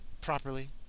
properly